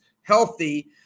healthy